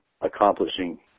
accomplishing